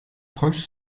proches